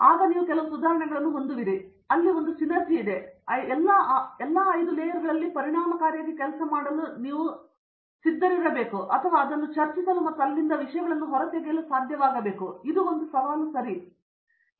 ಅಲ್ಲಿ ನೀವು ಕೆಲವು ಸುಧಾರಣೆಗಳನ್ನು ಹೊಂದಿದ್ದೀರಿ ಆದರೆ ಅದರಲ್ಲಿ ಒಂದು ಸಿನರ್ಜಿ ಇದೆ ಮತ್ತು ಅದು ಎಲ್ಲಾ 5 ಲೇಯರ್ಗಳಲ್ಲಿ ಪರಿಣಾಮಕಾರಿಯಾಗಬಲ್ಲದು ಮತ್ತು ಅದನ್ನು ಚರ್ಚಿಸಲು ಅಥವಾ ಅದನ್ನು ಹೊರತರಲು ಸಾಧ್ಯವಾಗುತ್ತದೆ ಎಂದು ಅವರು ತೋರಿಸಬೇಕು ಇದು ಸವಾಲು ಸರಿಯಾಗಿದೆ